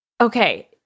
Okay